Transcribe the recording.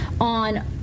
on